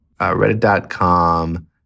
reddit.com